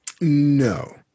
No